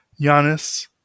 Giannis